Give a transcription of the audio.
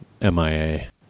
MIA